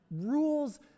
rules